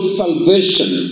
salvation